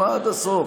שמע עד הסוף.